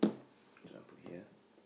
this one put here